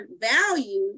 value